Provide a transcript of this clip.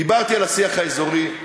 דיברתי על השיח האזורי,